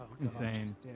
insane